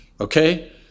okay